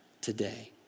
today